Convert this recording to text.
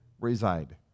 reside